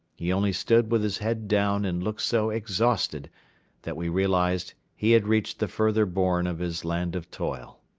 he only stood with his head down and looked so exhausted that we realized he had reached the further bourne of his land of toil.